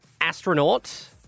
Astronaut